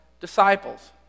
disciples